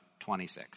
26